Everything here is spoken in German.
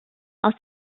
aus